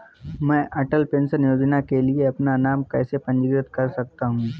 मैं अटल पेंशन योजना के लिए अपना नाम कैसे पंजीकृत कर सकता हूं?